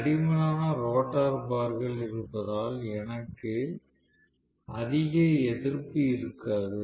தடிமனான ரோட்டார் பார்கள் இருப்பதால் எனக்கு அதிக எதிர்ப்பு இருக்காது